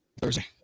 thursday